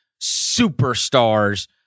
superstars